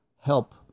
help